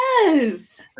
Yes